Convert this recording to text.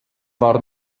war